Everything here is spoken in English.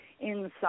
inside